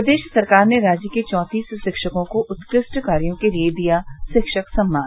प्रदेश सरकार ने राज्य के चौंतीस शिक्षकों को उत्कृष्ट कार्यो के लिए दिया शिक्षक सम्मान